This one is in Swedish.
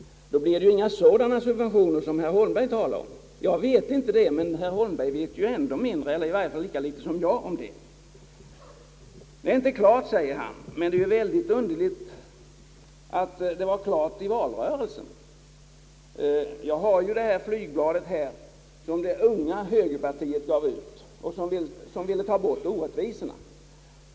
Då blir det ju inga sådana subventioner som herr Holmberg talar om. Jag vet inte det, och herr Holmberg vet ju ännu mindre — eller i varje fall lika litet som jag om det. Det är inte klart, säger han, men det är underligt att det var klart i valrörelsen. Jag har det flygblad som Unga högerpartiet gav ut och som ville avlägsna orättvisorna.